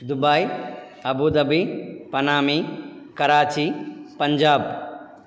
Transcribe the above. Dubai Abu Dhabi panama Karachi Punjab